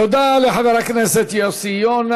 תודה לחבר הכנסת יוסי יונה.